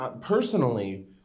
personally